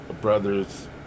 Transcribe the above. brothers